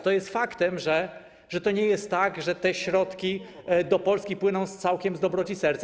To jest fakt, że to nie jest tak, że te środki do Polski płyną całkiem z dobroci serca.